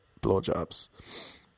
blowjobs